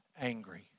angry